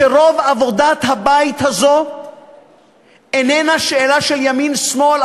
שרוב עבודת הבית הזה אינה שאלה של ימין שמאל,